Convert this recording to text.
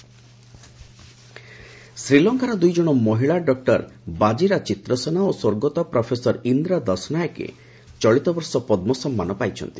ଶ୍ରୀଲଙ୍କା ପଦ୍ମ ଶ୍ରୀଲଙ୍କାର ଦୁଇଜଣ ମହିଳା ଡକ୍ଟର ବାଜିରା ଚିତ୍ରସେନା ଓ ସ୍ୱର୍ଗତ ପ୍ରଫେସର ଇନ୍ଦ୍ରା ଦଶନାୟକେ ଚଳିତବର୍ଷ ପଦ୍ମ ସମ୍ମାନ ପାଇଛନ୍ତି